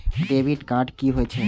Debit card कि होई छै?